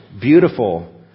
beautiful